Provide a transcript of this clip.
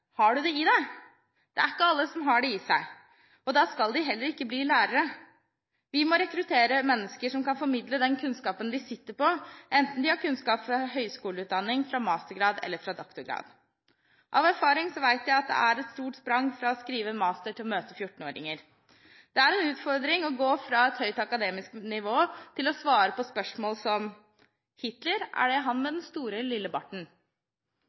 «Har du det i deg?» Det er ikke alle som har det i seg, og da skal de heller ikke bli lærere. Vi må rekruttere mennesker som kan formidle den kunnskapen de sitter på, enten de har kunnskap fra høyskoleutdanning, fra mastergrad eller fra doktorgrad. Av erfaring vet jeg at det er et stort sprang fra å skrive en master til å møte 14-åringer. Det er en utfordring å gå fra et høyt akademisk nivå til å svare på spørsmål som: Hitler, er det han med den store